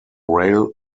rail